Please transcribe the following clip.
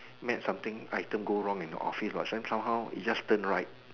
mad something item go wrong in office but some somehow is just turn right